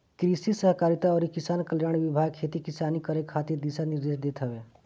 कृषि सहकारिता अउरी किसान कल्याण विभाग खेती किसानी करे खातिर दिशा निर्देश देत हवे